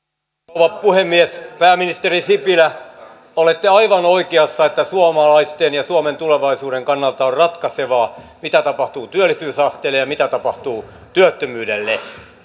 rouva puhemies pääministeri sipilä olette aivan oikeassa että suomalaisten ja suomen tulevaisuuden kannalta on ratkaisevaa mitä tapahtuu työllisyysasteelle ja mitä tapahtuu työttömyydelle